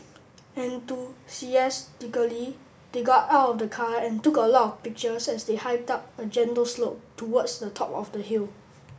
enthusiastically they got out of the car and took a lot of pictures as they hiked up a gentle slope towards the top of the hill